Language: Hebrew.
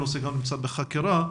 מה גם שהנושא בחקירה.